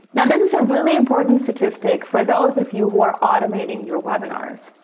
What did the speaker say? now, this is a really important statistic for those of you who or automating your webinars.